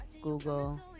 Google